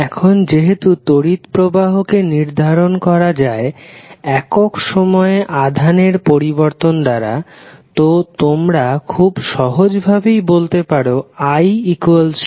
এখন যেহেতু তড়িৎ প্রবাহকে নির্ধারণ করা যায় একক সময়ে আধানের পরিবর্তন দ্বারা তো তোমরা খুব সহজ ভাবেই বলতে পারো Idqdt